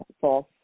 false